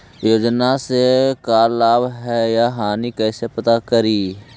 योजना से का लाभ है या हानि कैसे पता करी?